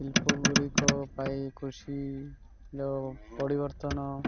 ଶିଳ୍ପଗୁଡ଼ିକ ପାଇ କୃଷିର ପରିବର୍ତ୍ତନ